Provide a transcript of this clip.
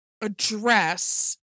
address